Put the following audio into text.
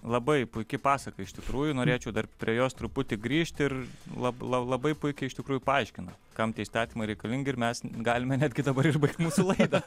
labai puiki pasaka iš tikrųjų norėčiau dar prie jos truputį grįžti ir lab la labai puikiai iš tikrųjų paaiškina kam tie įstatymai reikalingi ir mes galime netgi dabar ir baigt mūsų laidą